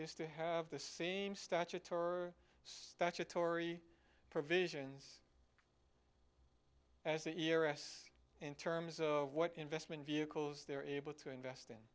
is to have the same statutory statutory provisions as the ear s in terms of what investment vehicles they're able to invest in